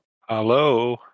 Hello